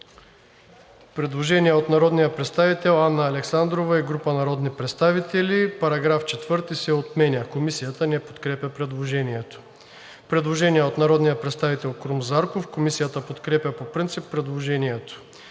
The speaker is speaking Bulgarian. предложение от народния представител Анна Александрова и група народни представители: „Параграф 4 се отменя.“ Комисията не подкрепя предложението. Има предложение от народния представител Крум Зарков. Комисията подкрепя по принцип предложението.